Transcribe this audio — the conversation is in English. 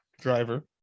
driver